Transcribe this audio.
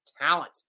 talent